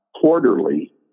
quarterly